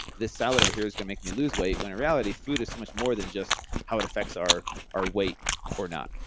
this salad over here is going to make me lose weight. when in reality, food is so much more than just how it affects our our weight or not.